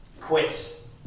quits